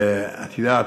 ואת יודעת,